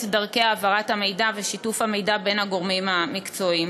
דרכי העברת המידע ושיתוף המידע בין הגורמים המקצועיים.